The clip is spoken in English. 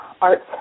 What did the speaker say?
arts